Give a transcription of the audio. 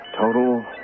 Total